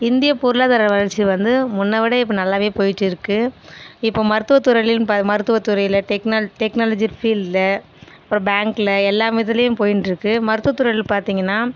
இந்திய பொருளாதாரம் வளர்ச்சி வந்து முன்னவிட இப்போ நல்லாவே போயிட்டு இருக்குது இப்போ மருத்துவ துறைலி ப மருத்துவ மருத்துவ துறையில் டெக்னல் டெக்னாலஜி ஃபில்டில் இப்போ பேங்கில் எல்லா இதலேயு போயிண்ட்டு இருக்குது மருத்துவ துறையில் பார்த்தீங்கன்னா